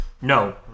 No